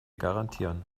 garantieren